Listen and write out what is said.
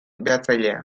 behatzailea